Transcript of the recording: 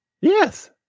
yes